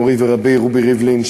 מורי ורבי רובי ריבלין,